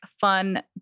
fun